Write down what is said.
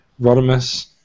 Rodimus